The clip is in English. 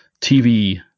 TV